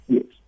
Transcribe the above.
Yes